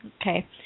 Okay